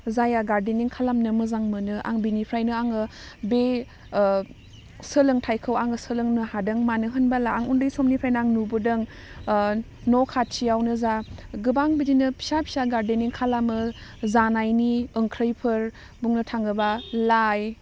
जायहा गार्डेनिं खालामनो मोजां मोनो आं बिनिफ्रायनो आङो बे सोलोंथाइखौ आं सोलोंनो हादों मानो होनबोला आं उन्दै समनिफ्रायनो आं नुबोदों न' खाथियावनो जा गोबां बिदिनो फिसा फिसा गार्देनिं खालामो जानायनि ओंख्रिफोर बुंनो थाङोबा लाइ